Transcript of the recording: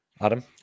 Adam